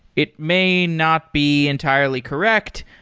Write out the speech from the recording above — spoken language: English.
it may not be entirely correctly,